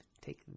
take